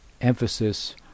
emphasis